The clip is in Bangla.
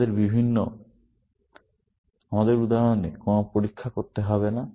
আমাদের উদাহরণে কোন পরীক্ষা করতে হবে না